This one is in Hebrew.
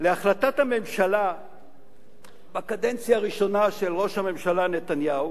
להחלטת הממשלה בקדנציה הראשונה של ראש הממשלה נתניהו,